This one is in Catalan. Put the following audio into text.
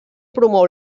promou